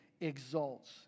exalts